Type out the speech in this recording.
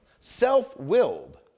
self-willed